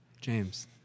James